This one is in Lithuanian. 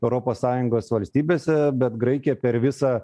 europos sąjungos valstybėse bet graikija per visą